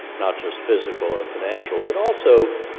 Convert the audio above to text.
not just physical and financial, but, also,